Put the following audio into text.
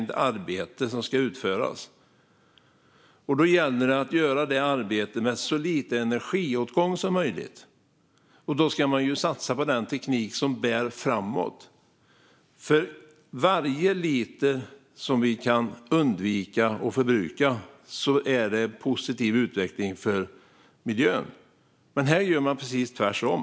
Då gäller det att göra detta arbete med så liten energiåtgång som möjligt. Därför bör man satsa på den teknik som bär framåt. Varje liter som vi kan undvika att förbruka leder nämligen till en positiv utveckling för miljön. Men här gör man precis tvärtom.